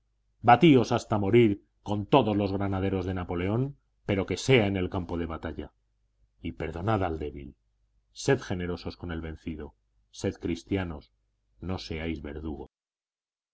batíos hasta morir con todos los granaderos de napoleón pero que sea en el campo de batalla y perdonad al débil sed generosos con el vencido sed cristianos no seáis verdugos